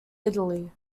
italy